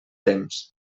temps